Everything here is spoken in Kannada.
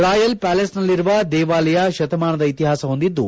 ರಾಯಲ್ ಪ್ನಾಲೇಸ್ನಲ್ಲಿರುವ ದೇವಾಲಯ ಶತಮಾನದ ಇತಿಹಾಸಹೊಂದಿದ್ದು